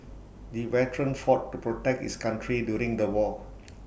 the veteran fought to protect his country during the war